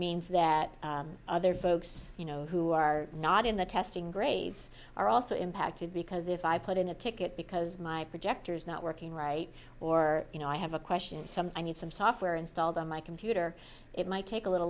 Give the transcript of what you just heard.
means that other folks you know who are not in the testing grades are also impacted because if i put in a ticket because my projector is not working right or you know i have a question some i need some software installed on my computer it might take a little